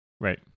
Right